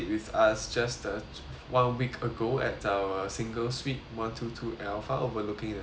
one week ago at our single suite one two two alpha overlooking the city is that correct